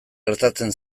gertatzen